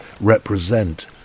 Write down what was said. represent